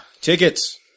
Tickets